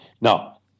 Now